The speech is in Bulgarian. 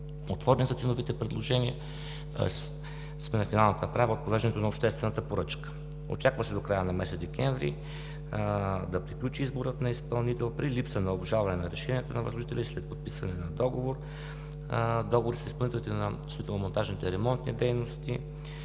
Отворени са ценовите предложения, тоест сме на финалната права в провеждането на обществената поръчка. Очаква се до края на месец декември да приключи изборът на изпълнители. При липса на обжалване на решенията на възложителя и след подписване на договори с изпълнителите на строително-монтажните дейности